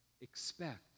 expect